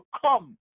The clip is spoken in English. come